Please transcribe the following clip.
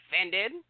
offended